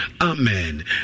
Amen